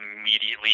immediately